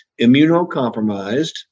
immunocompromised